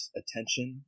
attention